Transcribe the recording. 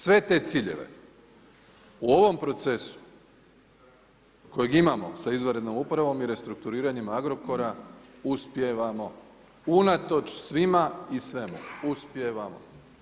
Sve te ciljeve u ovom procesu kojeg imamo sa izvanrednom upravom i restrukturiranjem Agrokora uspijevamo unatoč svima i svemu, uspijevamo.